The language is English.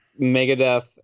Megadeth